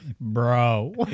Bro